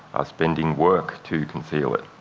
are spending work to conceal it.